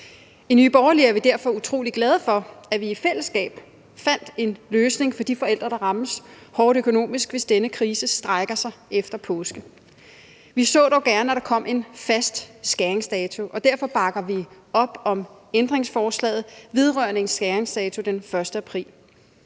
I Nye Borgerlige er vi derfor utrolig glade for, at vi i fællesskab fandt en løsning for de forældre, der rammes hårdt økonomisk, hvis denne krise strækker sig til efter påske. Vi så dog gerne, at der kom en fast skæringsdato, og derfor bakker vi op om ændringsforslaget om en skæringsdato den 1. april.